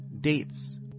dates